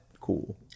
cool